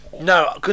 No